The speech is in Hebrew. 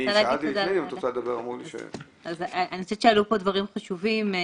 אני חושבת שעלו פה דברים חשובים,